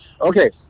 okay